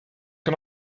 can